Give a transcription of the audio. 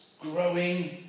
growing